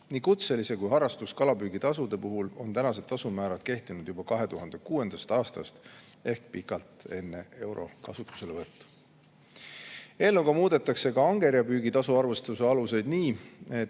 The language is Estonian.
Nii kutselise kui ka harrastuskalapüügi tasude puhul on tasumäärad kehtinud juba 2006. aastast ehk pikalt enne euro kasutuselevõttu. Eelnõuga muudetakse ka angerjapüügitasu arvestuse aluseid nii, et